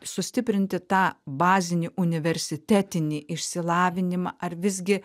sustiprinti tą bazinį universitetinį išsilavinimą ar visgi